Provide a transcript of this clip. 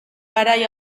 garai